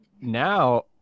now